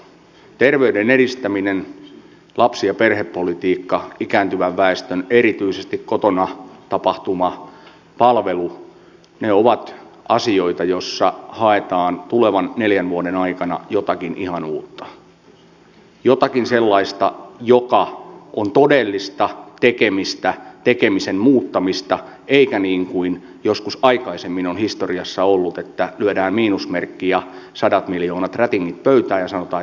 terveyden edistäminen lapsi ja perhepolitiikka ikääntyvän väestön erityisesti kotona tapahtuva palvelu ovat asioita joissa haetaan tulevan neljän vuoden aikana jotakin ihan uutta jotakin sellaista joka on todellista tekemistä tekemisen muuttamista eikä niin kuin joskus aikaisemmin on historiassa ollut että lyödään miinusmerkki ja satojen miljoonien rätingit pöytään ja sanotaan että tehkää